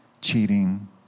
Cheating